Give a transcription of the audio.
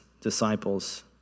disciples